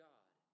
God